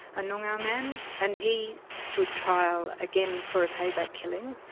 a noongar man, and he stood trial, again for a pay-back killing.